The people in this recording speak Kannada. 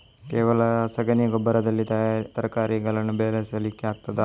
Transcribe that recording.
ಕೇವಲ ಸಗಣಿ ಗೊಬ್ಬರದಲ್ಲಿ ತರಕಾರಿಗಳನ್ನು ಬೆಳೆಸಲಿಕ್ಕೆ ಆಗ್ತದಾ?